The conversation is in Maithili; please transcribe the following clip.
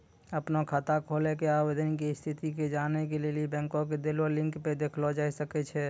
अपनो खाता खोलै के आवेदन के स्थिति के जानै के लेली बैंको के देलो लिंक पे देखलो जाय सकै छै